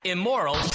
Immoral